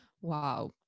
wow